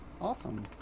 awesome